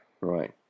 Right